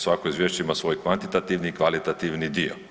Svako izvješće ima svoj kvantitativni i kvalitativni dio.